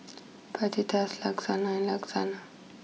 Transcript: Fajitas Lasagna Lasagna